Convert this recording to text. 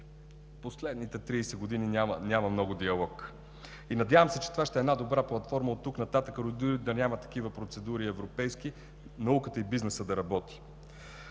последните 30 години няма много диалог. И, надявам се, че това ще е една добра платформа оттук нататък, дори да няма такива европейски процедури, науката и бизнесът да работи.